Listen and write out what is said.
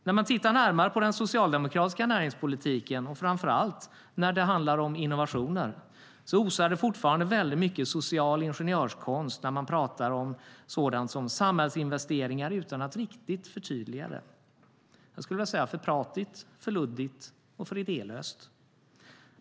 När man tittar närmare på den socialdemokratiska näringspolitiken, framför allt när det handlar om innovationer, osar det fortfarande väldigt mycket social ingenjörskonst när de pratar om sådant som samhällsinvesteringar utan att riktigt förtydliga det. Jag skulle vilja säga: För pratigt, för luddigt och för idélöst.